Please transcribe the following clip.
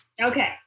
Okay